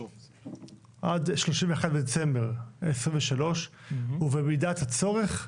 עד 31 בדצמבר 2023. ובמידת הצורך,